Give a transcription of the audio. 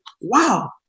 wow